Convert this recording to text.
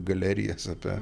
galerijas apie